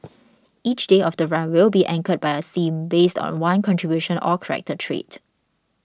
each day of the run will be anchored by a theme based on one contribution or character trait